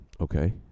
okay